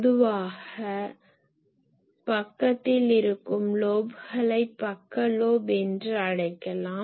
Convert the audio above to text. பொதுவாக பக்கத்தில் இருக்கும் லோப்களை பக்க லோப் என்று அழைக்கலாம்